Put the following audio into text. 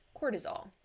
cortisol